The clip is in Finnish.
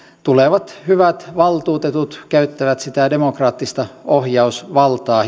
tulevat hyvät valtuutetut käyttävät tässä sitä demokraattista ohjausvaltaa